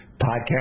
podcast